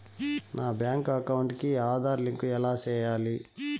నా bank account కి Aadhaar link ఎలా సేయాలి